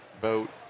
vote